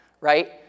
right